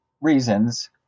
reasons